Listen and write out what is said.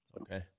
Okay